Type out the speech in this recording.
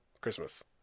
Christmas